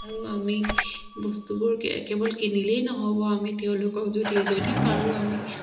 আৰু আমি বস্তুবোৰ কেৱল কিনিলেই নহ'ব আমি তেওঁলোকক যদি যদি পাৰোঁ আমি